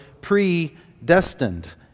predestined